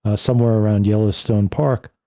ah somewhere around yellowstone park,